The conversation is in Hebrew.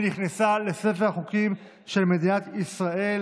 ונכנסה לספר החוקים של מדינת ישראל.